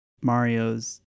Mario's